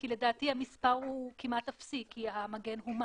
כי, לדעתי, המספר הוא כמעט אפסי, כי המגן הומת.